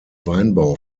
weinbau